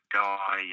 guy